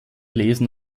lesen